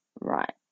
right